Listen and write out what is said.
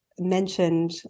mentioned